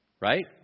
right